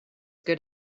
good